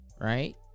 right